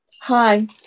Hi